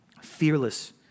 Fearless